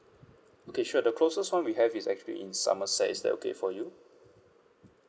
okay sure the closest one we have is actually in somerset is that okay for you